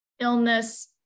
illness